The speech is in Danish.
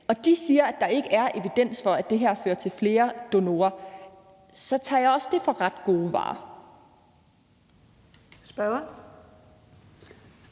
og de siger, at der ikke er evidens for, at det her fører til flere donorer, så tager jeg også det for ret gode varer.